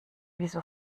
wieso